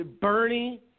Bernie